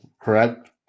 correct